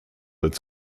its